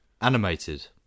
animated